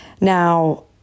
Now